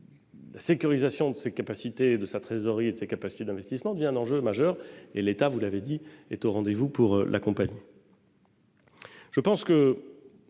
la sécurisation de sa trésorerie et de ses capacités d'investissement devient un enjeu majeur. L'État, vous l'avez dit, est au rendez-vous pour l'accompagner.